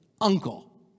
uncle